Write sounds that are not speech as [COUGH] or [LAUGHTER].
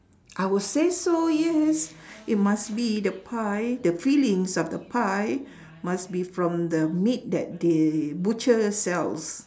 I will say so yes [BREATH] it must be the pie the fillings of the pie [BREATH] must be from the meat that the butcher sells